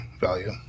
value